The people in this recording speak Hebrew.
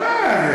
באמת.